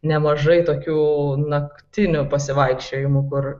nemažai tokių naktinių pasivaikščiojimų kur